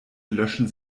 löschen